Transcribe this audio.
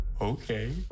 Okay